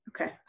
Okay